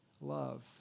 love